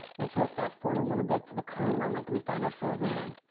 let's sort of fast forward a little bit to the current moment that we find ourselves in.